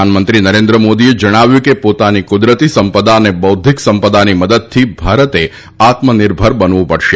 પ્રધાનમંત્રી નરેન્દ્ર મોદીએ જણાવ્યું છે કે પોતાની કુદરતી સંપદા અને બૌ દ્વિક સંપદાની મદદથી ભારતે આત્મનિર્ભરબનવું પડશે